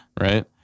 Right